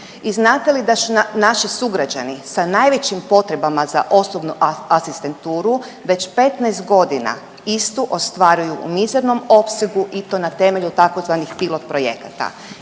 I znate li da naši sugrađani sa najvećim potrebama za osobnu asistenturu već 15.g. istu ostvaruju u mizernom opsegu i to na temelju tzv. pilot projekata?